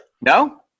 No